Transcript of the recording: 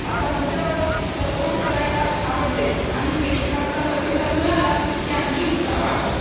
आता मंचावर परफॉर्म करायला आवडते आणि प्रेक्षकांचा प्रतिसाद मिळाला की आणखी उत्साह वाढतो